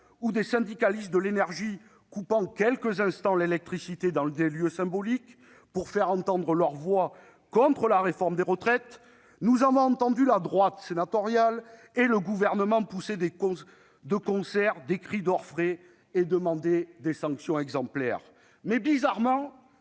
des syndicalistes de l'énergie ont coupé quelques instants l'électricité dans des lieux symboliques pour faire entendre leur voix contre la réforme des retraites, nous avons entendu la droite sénatoriale et le Gouvernement pousser de concert des cris d'orfraie et demander des sanctions exemplaires. Mais, bizarrement,